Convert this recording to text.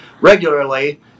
regularly